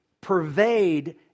pervade